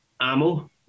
ammo